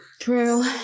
True